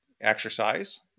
exercise